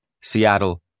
Seattle